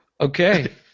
Okay